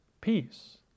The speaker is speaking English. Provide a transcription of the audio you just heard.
peace